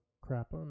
crap